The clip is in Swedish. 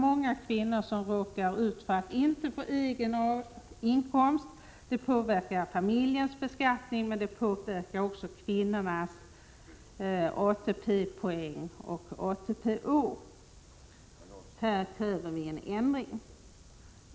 Många kvinnor råkar ut för att inte få egen A-inkomst, vilket påverkar familjens beskattning men också kvinnornas ATP-poäng och ATP-år. Här kräver vi en ändring.